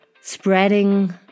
spreading